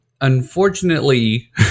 unfortunately